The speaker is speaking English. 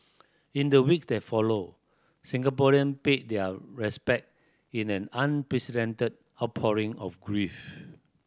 in the week that followed Singaporean paid their respect in an unprecedented outpouring of grief